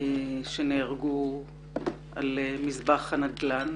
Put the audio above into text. שנהרגו על מזבח הנדל"ן.